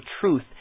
truth